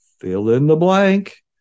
fill-in-the-blank